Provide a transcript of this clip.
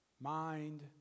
mind